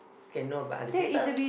cannot by other people